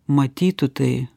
matytų tai